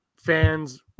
fans